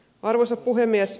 arvoisa puhemies